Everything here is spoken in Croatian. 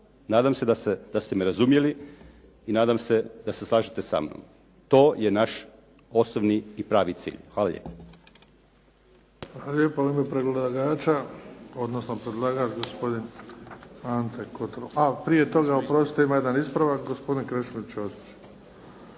Nadam se da ste me razumjeli i nadam se da se slažete sa mnom. To je naš osobni i pravi cilj. Hvala lijepo.